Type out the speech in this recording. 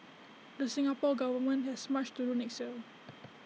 the Singapore Government has much to do next year